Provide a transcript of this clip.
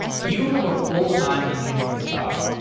you have a full time engineering job.